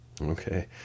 Okay